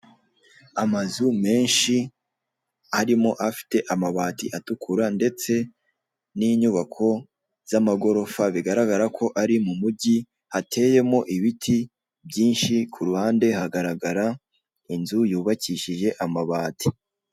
Amazu menshi arimo afite amabati atukuru ndetse n'inyubako z'amagorofa bigaragara ko ari mu mujyi, hateyemo ibiti byinshi ku ruhande hagaragara inzu yubakishije amabati.